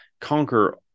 conquer